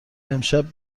امشب